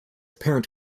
parent